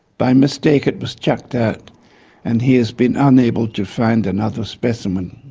by mistake it was chucked out and he has been unable to find another specimen.